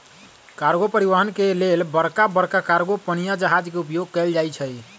cargo परिवहन के लेल बड़का बड़का कार्गो पनिया जहाज के उपयोग कएल जाइ छइ